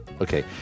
Okay